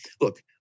Look